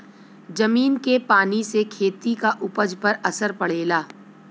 जमीन के पानी से खेती क उपज पर असर पड़ेला